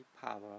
power